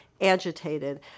agitated